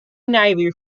navy